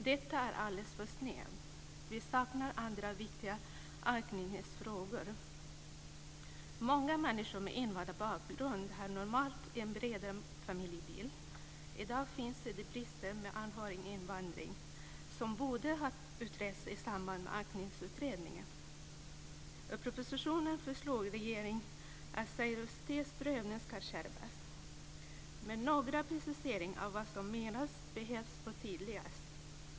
Det är alldeles för snävt. Vi saknar andra viktiga anknytningsfrågor. Många människor med invandrarbakgrund har normalt en bred familjebild. I dag finns det brister med anhöriginvandringen som borde har utretts i samband med Anknytningsutredningen. I propositionen föreslår regeringen att seriositetsprövningen ska skärpas. Men en precisering och ett förtydligande av vad som menas behövs.